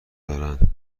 دارند